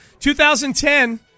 2010